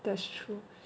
that's true